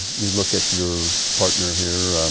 you look at your partner here.